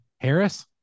harris